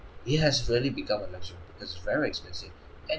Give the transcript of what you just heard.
it has really become a luxury it's very expensive and